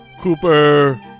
Cooper